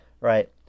right